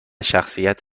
شخصیت